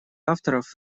авторов